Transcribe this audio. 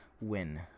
win